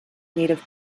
native